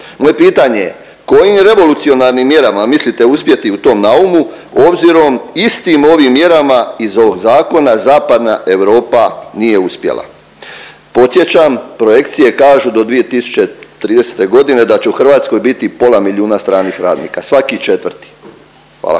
Moje pitanje kojim revolucionarnim mjerama mislite uspjeti u tom naumu obzirom istim ovim mjerama iz ovog Zakona zapadna Europa nije uspjela? Podsjećam, projekcije kažu, do 2030. g. da će u Hrvatskoj biti pola milijuna stranih radnika, svaki 4. Hvala.